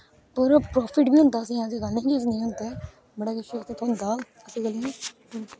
ओहदा प्राफिट बी होंदा ऐसी गल्ल नेई कि नेई होंदा ऐ बडा प्राफिट होंदा ऐसी गल्ल नेई